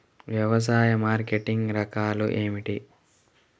వ్యవసాయ మార్కెటింగ్ రకాలు ఏమిటి?